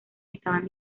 estaban